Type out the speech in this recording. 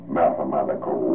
mathematical